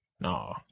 No